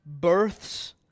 births